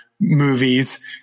movies